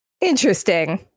Interesting